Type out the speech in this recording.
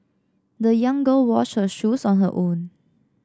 the young girl washed her shoes on her own